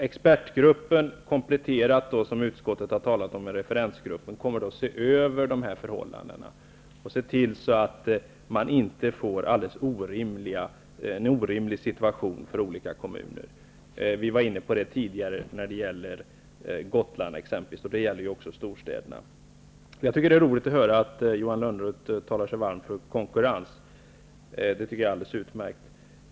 Expertgruppen -- kompletterad, som utskottet nämnt, med referensgruppen -- kommer att se över förhållandena och se till att det inte blir en alldeles orimlig situation i olika kommuner. Vi var inne på den saken tidigare. Det gällde då exempelvis Gotland. Men det gäller också storstäderna. Det är roligt att höra Johan Lönnroth tala så varmt om detta med konkurrens. Jag tycker att det är alldeles utmärkt.